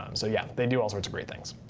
um so yeah, they do all sorts of great things.